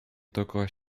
dookoła